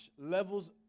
levels